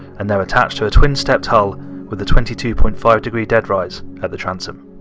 and they're attached to a twin-stepped hull with the twenty two point five degree deadrise at the transom.